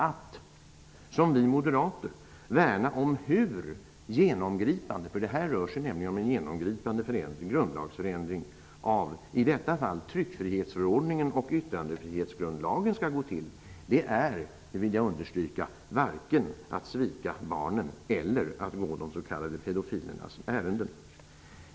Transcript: Att, som vi moderater, värna om hur genomgripande -- för här rör det sig om genomgripande -- grundlagsförändringar av i detta fall tryckfrihetsförordningen och yttrandefrihetsgrundlagen skall gå till är, det vill jag understryka, varken att svika barnen eller att gå de s.k. pedofilernas ärenden.